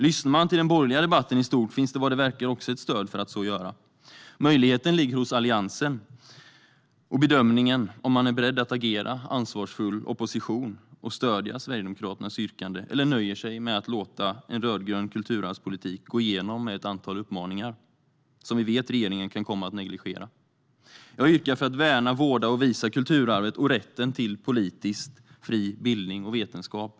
Lyssnar man till den borgerliga debatten i stort finns det, som det verkar, också ett stöd för att göra så. Möjligheten ligger hos Alliansen - och bedömningen - om man är beredd att agera ansvarsfull opposition och stödja Sverigedemokraternas yrkande. Eller nöjer man sig med att låta en rödgrön kulturarvspolitik gå igenom med ett antal uppmaningar som vi vet regeringen kan komma att negligera? Jag yrkar på att man ska värna, vårda och visa kulturarvet och på rätten till politiskt fri bildning och vetenskap.